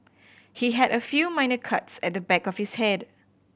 he had a few minor cuts at the back of his head